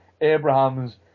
Abrahams